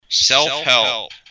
Self-help